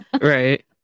Right